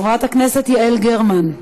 חברת הכנסת יעל גרמן,